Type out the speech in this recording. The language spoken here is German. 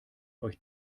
euch